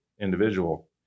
individual